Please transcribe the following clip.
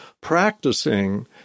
practicing